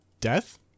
Death